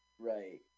Right